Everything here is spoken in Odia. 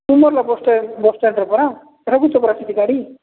ତୁମରଲ ବସ୍ ଷ୍ଟା ବସ୍ଷ୍ଟାଣ୍ଡରେ ପରା ରଖୁଛି ପରା ସେଠି ଗାଡ଼ି